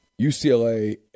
UCLA